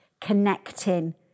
connecting